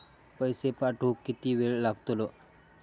पैशे पाठवुक किती वेळ लागतलो?